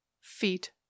feet